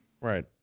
Right